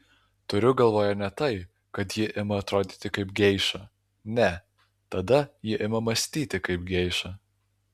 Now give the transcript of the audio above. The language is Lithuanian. turiu galvoje ne tai kad ji ima atrodyti kaip geiša ne tada ji ima mąstyti kaip geiša